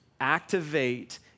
activate